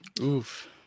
oof